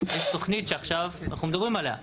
יש תוכנית שעכשיו אנחנו מדברים עליה.